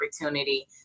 opportunity